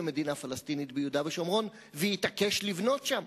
מדינה פלסטינית ביהודה ושומרון ויתעקש לבנות שם.